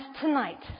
tonight